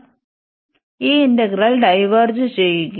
അതിനാൽ ഈ integral diverge ചെയ്യുo